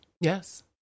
Yes